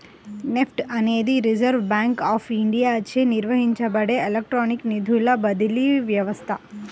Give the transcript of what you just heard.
NEFT అనేది Reserve Bank of ఇండియాచే నిర్వహించబడే ఎలక్ట్రానిక్ నిధుల బదిలీ వ్యవస్థ